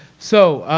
so,